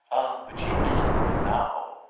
but she isn't now.